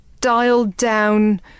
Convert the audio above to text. dialed-down